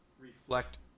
reflect